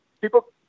people